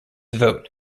vote